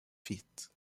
feet